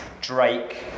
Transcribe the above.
Drake